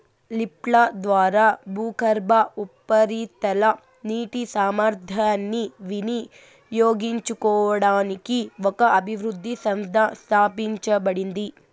లిఫ్ట్ల ద్వారా భూగర్భ, ఉపరితల నీటి సామర్థ్యాన్ని వినియోగించుకోవడానికి ఒక అభివృద్ధి సంస్థ స్థాపించబడింది